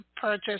purchase